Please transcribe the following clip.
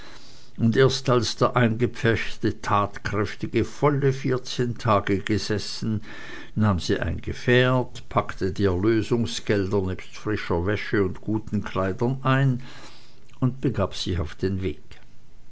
und erst als der eingepferchte tatkräftige volle vierzehn tage gesessen nahm sie ein gefährt packte die erlösungsgelder nebst frischer wäsche und guten kleidern ein und begab sich auf den weg